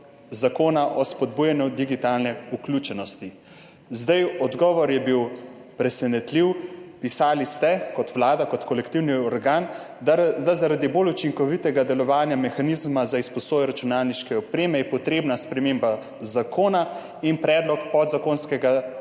Zakona o spodbujanju digitalne vključenosti. Odgovor je bil presenetljiv. Pisali ste kot Vlada, kot kolektivni organ, da je zaradi bolj učinkovitega delovanja mehanizma za izposojo računalniške opreme potrebna sprememba zakona in predlog podzakonskega